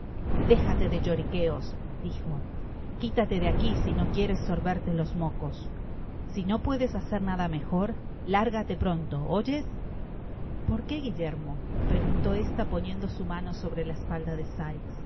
déjale de lloriqueos dijoquitate de aqui sino quieres sorberte los mocos si no puedes hacer nada mejor lárgate pronto oyes por qué guillermo preguntó ésta poniendo su mano sobre la espalda de sikes